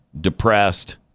depressed